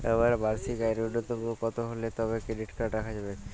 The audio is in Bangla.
আমার বার্ষিক আয় ন্যুনতম কত হলে তবেই ক্রেডিট কার্ড রাখা যাবে?